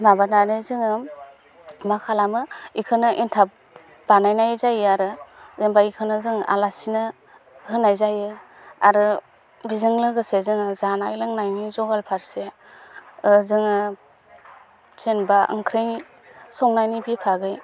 माबानानै जोङो मा खालामो बेखौनो एनथाब बानायनाय जायो आरो जेनबा बेखौनो जों आलासिनो होनाय जायो आरो बिजों लोगोसे जोङो जानाय लोंनायनि जगार फारसे जोङो जेनेबा ओंख्रि संनायनि बिभागै